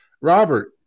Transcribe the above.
Robert